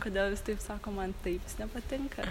kodėl visi taip sako man taip jis nepatinka